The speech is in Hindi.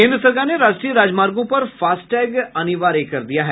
केन्द्र सरकार ने राष्ट्रीय राजमार्गों पर फास्टैग अनिवार्य कर दिया है